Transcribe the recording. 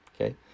Okay